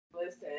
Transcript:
Listen